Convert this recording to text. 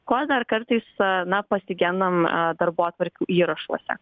ko dar kartais na pasigendam darbotvarkių įrašuose